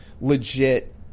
legit